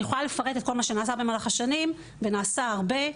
אני יכולה לפרט את כל מה שנעשה במהלך השנים ונעשה הרבה.